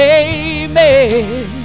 amen